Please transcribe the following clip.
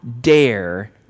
dare